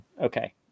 Okay